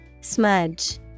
Smudge